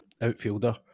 outfielder